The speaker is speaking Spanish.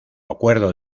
acuerdo